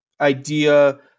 idea